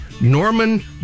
Norman